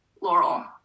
Laurel